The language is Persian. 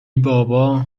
بابا